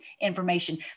information